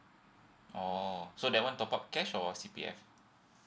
oh so that one top up cash or C_P_F